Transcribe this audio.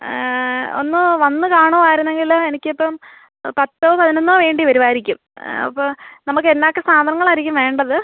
ഒന്ന് വന്ന് കാണുമായിരുന്നെങ്കിൽ എനിക്കിപ്പം പത്തോ പതിനൊന്നോ വേണ്ടി വരുമായിരിക്കും അപ്പോൾ നമുക്ക് എന്നാ ഒക്കെ സാധനങ്ങളായിരിക്കും വേണ്ടത്